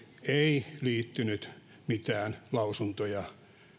ei liittynyt mitään lausuntoja